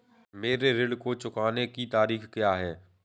मेरे ऋण को चुकाने की तारीख़ क्या है?